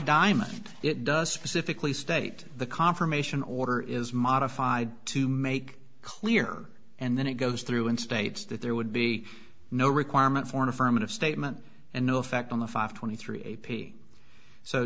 diamond it does specifically state the confirmation order is modified to make clear and then it goes through and states that there be no requirement for an affirmative statement and no effect on the five hundred and twenty three a p so